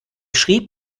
schrieb